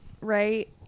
right